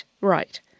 Right